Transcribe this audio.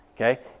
Okay